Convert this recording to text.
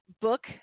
book